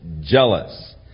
jealous